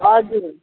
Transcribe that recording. हजुर